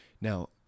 Now